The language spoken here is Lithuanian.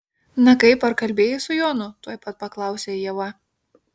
na kaip ar kalbėjai su jonu tuoj pat paklausė ieva